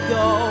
go